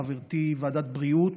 חברתי בוועדת הבריאות,